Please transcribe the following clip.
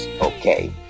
Okay